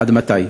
עד מתי?